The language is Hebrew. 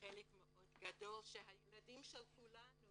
חלק מאוד גדול, שהילדים של כולנו